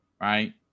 right